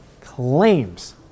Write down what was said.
claims